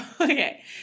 Okay